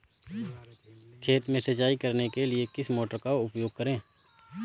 खेत में सिंचाई करने के लिए किस मोटर का उपयोग करें?